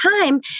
time